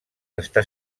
està